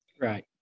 Right